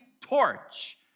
torch